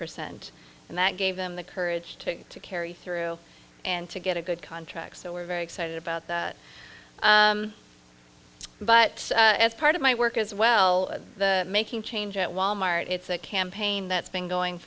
percent and that gave them the courage to carry through and to get a good contract so we're very excited about that but as part of my work as well the making change at walmart it's a campaign that's been going